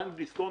בנק דיסקונט,